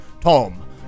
Tom